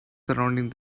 surrounding